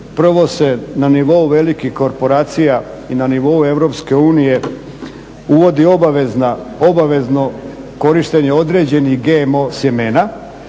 prvo se na nivou velikih korporacija i na nivou Europske unije uvodi obavezno korištenje određenih GMO sjemena,